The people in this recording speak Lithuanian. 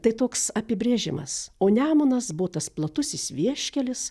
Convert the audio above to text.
tai toks apibrėžimas o nemunas buvo tas platusis vieškelis